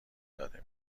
داده